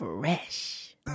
fresh